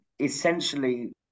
essentially